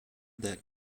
that